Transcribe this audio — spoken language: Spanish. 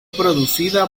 producida